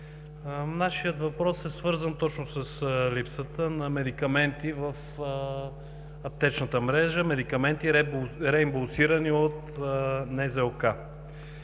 Нашият въпрос е свързан точно с липсата на медикаменти в аптечната мрежа, реимбурсирани от НЗОК.